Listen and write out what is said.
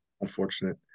unfortunate